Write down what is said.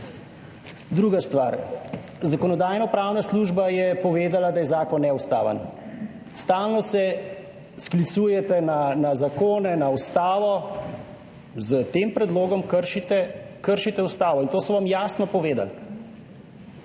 Druga stvar, Zakonodajno-pravna služba je povedala, da je zakon neustaven. Stalno se sklicujete na zakone, na Ustavo, s tem predlogom kršite, kršite Ustavo in to so vam jasno povedali.